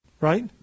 Right